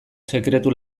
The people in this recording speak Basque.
sekretu